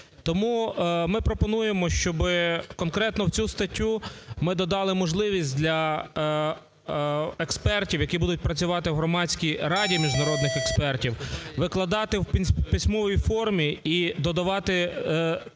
Тому ми пропонуємо, щоб конкретно в цю статтю ми додали можливість для експертів, які будуть працювати в Громадській раді міжнародних експертів, викладати в письмовій формі і додавати